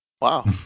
wow